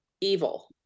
evil